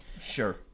Sure